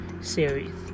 series